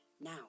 now